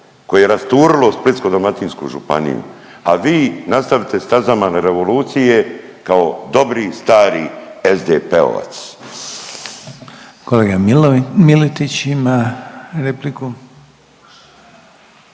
koje je rasturilo Splitsko-dalmatinsku županiju, a vi nastavite stazama revolucije kao dobri stari SDP-ovac. **Reiner, Željko